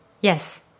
yes